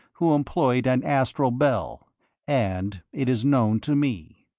who employed an astral bell and it is known to me.